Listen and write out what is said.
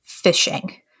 phishing